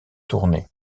tournai